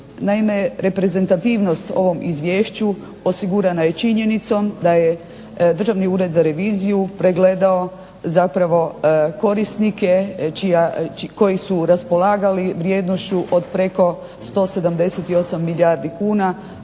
Naime, reprezentativnost ovom izvješću osigurana je činjenicom da je Državni ured za reviziju pregledao zapravo korisnike koji su raspolagali vrijednošću od preko 178 milijardi kuna,